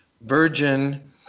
virgin